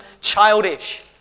childish